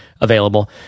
available